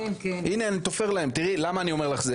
הנה אני תופר להם תראי למה אני אומר לך,